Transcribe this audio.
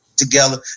together